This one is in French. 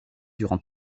durant